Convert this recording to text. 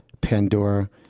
Pandora